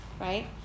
right